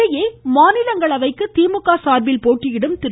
இதனிடையே மாநிலங்களவைக்கு திமுக சார்பில் போட்டியிடும் திரு